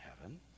heaven